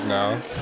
now